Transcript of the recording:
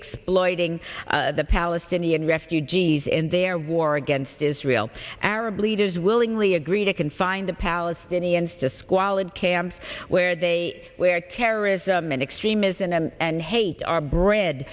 exploiting the palestinian refugees and their war against israel arab leaders willingly agree to confine the palestinians to squalid camps where they where terrorism and extremism and hate are bre